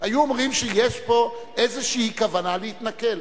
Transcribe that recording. היו אומרים שיש פה איזו כוונה להתנכל.